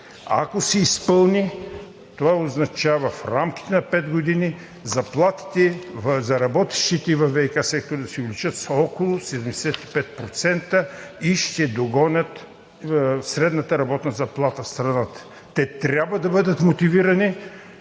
година, това означава в рамките на пет години заплатите на работещите във ВиК сектора да се увеличат с около 75% и да догонят средната работна заплата в страната – те трябва да бъдат мотивирани.